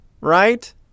Right